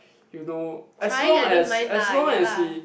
you know as long as as long as he